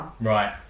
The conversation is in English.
Right